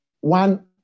one